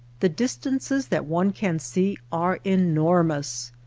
the distances that one can see are enormous.